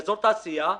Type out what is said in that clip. באזור תעשייה,